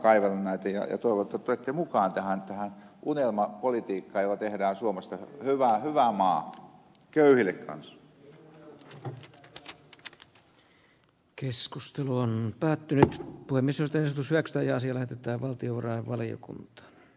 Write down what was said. toivon että tulette mukaan tähän unelmapolitiikkaan jolla tehdään suomesta hyvä maa köyhille kanssa keskustelu on päättynyt poimi sieltä vetus racstä jäisivät että valtiovarainvaliokunta